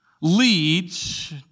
leads